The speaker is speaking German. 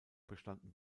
bestanden